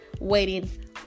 waiting